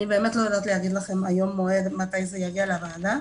אני באמת לא יודעת לקבוע מתי המועד שזה יובא לוועדה,